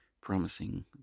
Promising